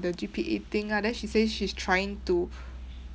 the G_P_A thing ah then she say she's trying to